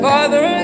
Father